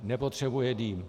Nepotřebuje dým.